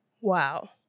Wow